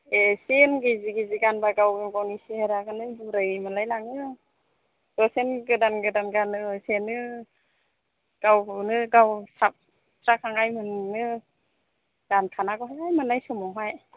एसे गिजि गिजि गानब्ला गाव गावनि सेहेराखौनो बुरै मोनलायलाङो दसेनो गोदान गोदान गाननो दसेनो गावखौनो गाव साबजाखांनाय मोनो गानखानांगौहाय मोननाय समावहाय